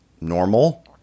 normal